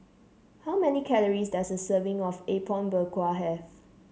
how many calories does a serving of Apom Berkuah have